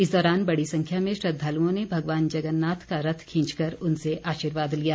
इस दौरान बड़ी संख्या में श्रद्धालओं ने भगवान जगन्नाथ का रथ खींचकर उनसे आशीर्वाद लिया